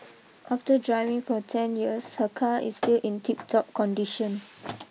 after driving for ten years her car is still in tip top condition